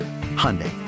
Hyundai